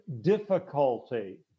difficulty